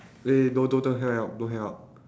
eh wait don't don't don't hang up don't hang up